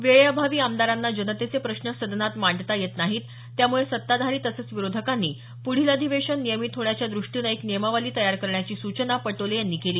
वेळेअभावी आमदारांना जनतेचे प्रश्न सदनात मांडता येत नाहीत त्यामुळे सत्ताधारी तसंच विरोधकांनी पुढील अधिवेशन नियमित होण्याच्या दुष्टीनं एक नियमावली तयार करण्याची सूचना पटोले यांनी केली